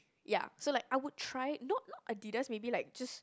ya so I would try not not Adidas maybe like just